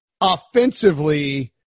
offensively